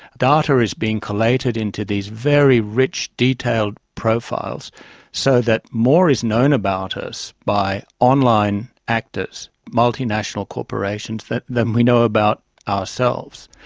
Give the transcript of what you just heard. data is being collated into these very rich detailed profiles so that more is known about us by online actors, multinational corporations, then we know about ourselves.